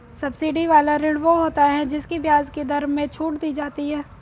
subsidy वाला ऋण वो होता है जिसकी ब्याज की दर में छूट दी जाती है